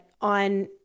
on